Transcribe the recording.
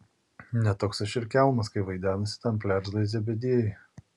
ne toks aš ir kelmas kaip vaidenasi tam plerzai zebediejui